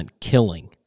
killing